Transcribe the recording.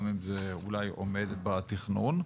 גם אם זה אולי עומד בתכנון,